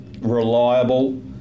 reliable